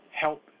help